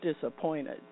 disappointed